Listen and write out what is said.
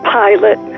pilot